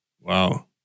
Wow